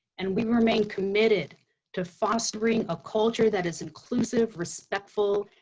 and we remain committed to fostering a culture that is inclusive, respectful,